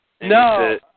no